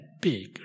big